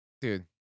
dude